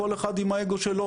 כל אחד עם האגו שלו,